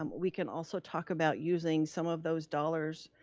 um we can also talk about using some of those dollars,